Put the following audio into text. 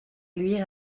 luire